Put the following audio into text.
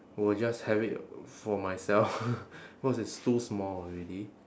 will just have it for myself cause it's too small already